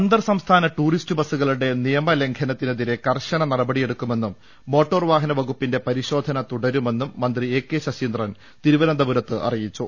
അന്തർസംസ്ഥാന ടൂറിസ്റ്റ് ബ്സ്സുക്ളിലെ നിയമലംഘനത്തി നെതിരെ കർശന നടപടിയെടുക്കു്മെന്നും മോട്ടോർവാഹനവ കുപ്പിന്റെ പരിശോധന തുടരുമെന്നും മന്ത്രി എ കെ ശശീന്ദ്രൻ തിരുവനന്തപുരത്ത് അറിയിച്ചു